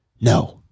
No